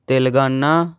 Telangana